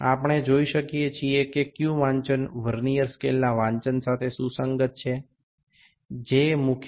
আমরা দেখতে পাই যে কোন্ পাঠটি মিলে যাচ্ছে ভার্নিয়ার স্কেলের কোন পাঠটির সাথে মূল স্কেলের পাঠ মিলে যাচ্ছে